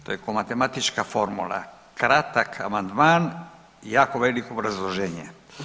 To je ko matematička formula, kratak amandman i jako veliko obrazloženje.